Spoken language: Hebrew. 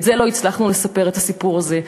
את זה לא הצלחנו לספר, את הסיפור הזה.